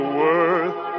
worth